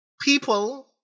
people